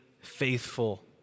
faithful